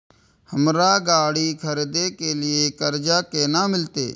हमरा गाड़ी खरदे के लिए कर्जा केना मिलते?